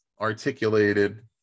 articulated